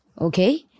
Okay